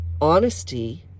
Honesty